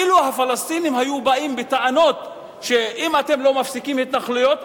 אילו הפלסטינים היו באים בטענות שאם אתם לא מפסיקים התנחלויות,